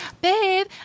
babe